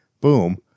Boom